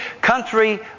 country